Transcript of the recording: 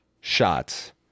shots